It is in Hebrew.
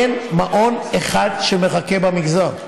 אין מעון אחד שמחכה במגזר.